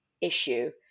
issue